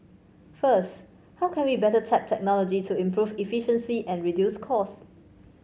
first how can we better tap technology to improve efficiency and reduce cost